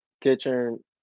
kitchen